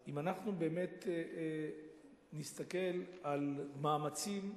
אם אנחנו באמת נסתכל על מאמצים,